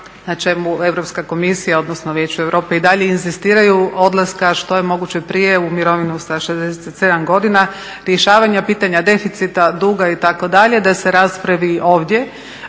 na čemu Europska komisija, odnosno Vijeće Europe i dalje inzistiraju, odlaska što je moguće prije u mirovinu sa 67 godina, rješavanja pitanja deficita, duga, itd., da se raspravi ovdje.